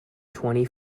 twenty